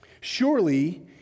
Surely